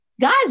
Guys